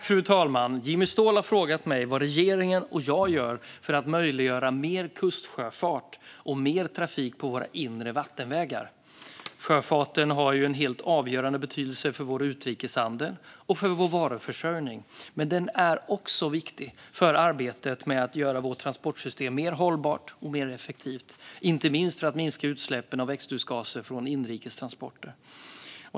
Fru talman! har frågat mig vad regeringen och jag gör för att möjliggöra mer kustsjöfart och mer trafik på våra inre vattenvägar. Sjöfarten har en helt avgörande betydelse för vår utrikeshandel och vår varuförsörjning. Men den är också viktig för arbetet med att göra vårt transportsystem mer hållbart och effektivt, inte minst för att minska utsläppen av växthusgaser från inrikes transporter.